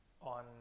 on